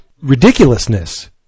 ridiculousness